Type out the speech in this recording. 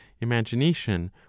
imagination